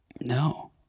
No